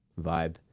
vibe